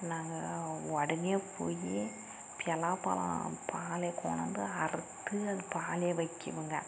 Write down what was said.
நாங்கள் உடனே போய் பலாப்பழம் பாலை கொண்டாந்து அறுத்து அது பாலை வைக்குவோங்க